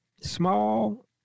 small